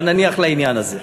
אבל נניח לעניין הזה.